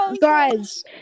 guys